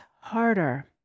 harder